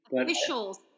Officials